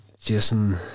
Jason